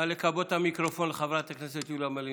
נא לכבות את המיקרופון לחברת הכנסת יוליה מלינובסקי.